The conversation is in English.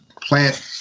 plant